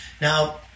Now